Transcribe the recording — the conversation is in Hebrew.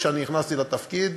כשאני נכנסתי לתפקיד,